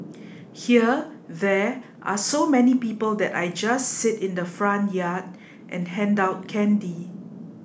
here there are so many people that I just sit in the front yard and hand out candy